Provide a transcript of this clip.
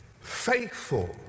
faithful